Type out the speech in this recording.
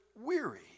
weary